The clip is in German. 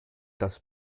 das